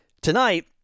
Tonight